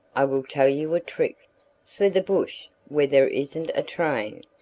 i will tell you a trick for the bush, where there isn't a train.